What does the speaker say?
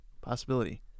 Possibility